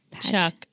Chuck